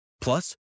Plus